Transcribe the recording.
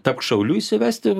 tapk šauliu įvesti